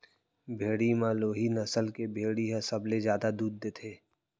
भेड़ी म लोही नसल के भेड़ी ह सबले जादा दूद देथे